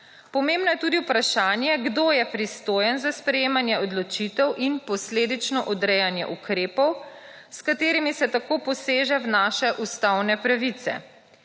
Pomembno je tudi vprašanje, kdo je pristojen za sprejemanje odločitev in posledično odrejanje ukrepov, s katerimi se tako poseže v naše ustavne pravice.